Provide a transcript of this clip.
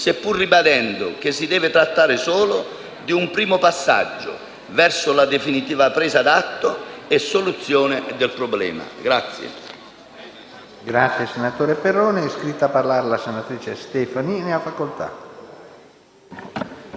seppur ribadendo che si deve trattare solo di un primo passaggio verso la definitiva presa d'atto e soluzione del problema. PRESIDENTE. È iscritta a parlare la senatrice Stefani. Ne ha facoltà.